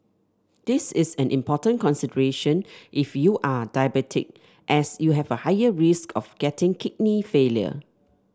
this is an important consideration if you are diabetic as you have a higher risk of getting kidney failure